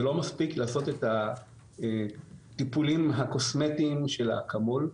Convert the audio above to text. זה לא מספיק לעשות את הטיפולים הקוסמטיים של האקמול,